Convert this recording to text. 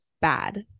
bad